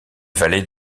vallée